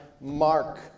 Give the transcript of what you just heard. mark